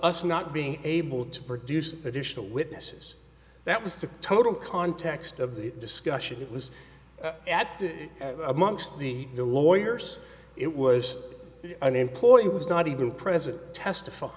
us not being able to produce additional witnesses that was the total context of the discussion it was at amongst the lawyers it was an employee who was not even present testify